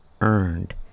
earned